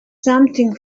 something